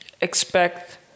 expect